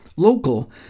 Local